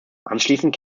anschließend